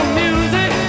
music